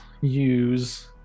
use